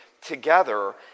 together